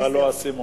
נפל לו האסימון.